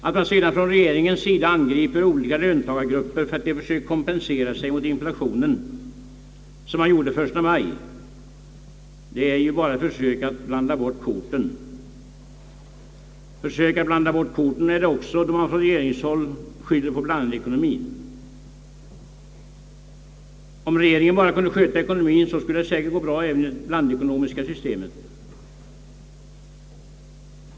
Att man sedan från regeringens sida angriper olika löntagargrupper för att de försökt kompensera sig för inflationen, som man gjorde den 1 maj, är bara ett försök att blanda bort korten. Försök att blanda bort korten är det också då man från regeringshåll skyller på blandekonomien. Om regeringen bara kunde sköta ekonomien så skulle det säkert gå bra även med det blandekonomiska systemet.